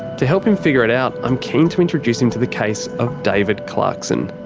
to help him figure it out i'm keen to introduce him to the case of david clarkson.